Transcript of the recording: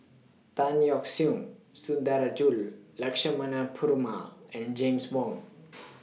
Tan Yeok Seong Sundarajulu Lakshmana Perumal and James Wong